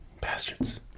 bastards